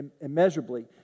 immeasurably